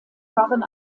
waren